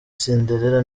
cinderella